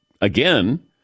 again